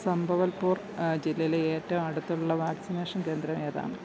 സംബവൽപൂർ ജില്ലയിലെ ഏറ്റവും അടുത്തുള്ള വാക്സിനേഷൻ കേന്ദ്രം ഏതാണ്